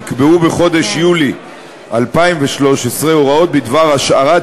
נקבעו בחודש יולי 2013 הוראות בדבר השארת